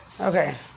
Okay